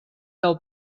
del